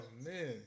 man